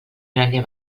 graner